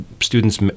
students